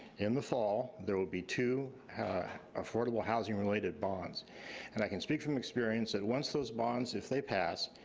in the fall, there will be two affordable housing related bonds and i can speak from experience that once those bonds, if they pass,